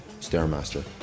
Stairmaster